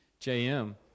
JM